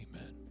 amen